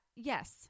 Yes